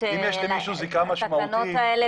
אם יש למישהו זיקה משמעותית --- התקנות האלה